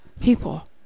People